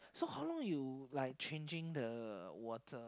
so how you like changing the water